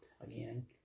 again